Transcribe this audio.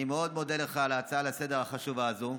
אני מאוד מודה לך על ההצעה לסדר-היום החשובה הזו.